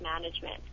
management